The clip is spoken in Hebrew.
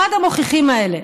אחד המוכיחים האלה,